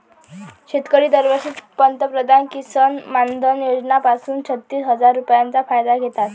शेतकरी दरवर्षी पंतप्रधान किसन मानधन योजना पासून छत्तीस हजार रुपयांचा फायदा घेतात